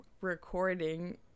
recording